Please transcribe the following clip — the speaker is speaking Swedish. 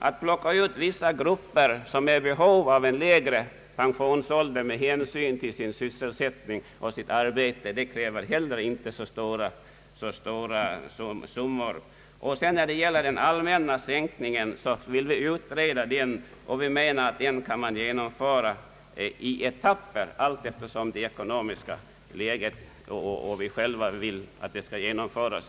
Att plocka ut vissa grupper som är i behov av lägre pensionsålder med hänsyn till deras sysselsättning och arbete kräver heller inte stora summor. Frågan om den allmänna sänkningen vill vi utreda. Vi menar att en sådan sänkning kan genomföras i etapper allteftersom det ekonomiska läget medger det och vi själva vill att reformen skall genomföras.